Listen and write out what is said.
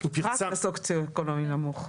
הנושא של איסוף וטיפול רק בסוציו אקונומי נמוך.